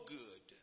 good